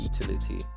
utility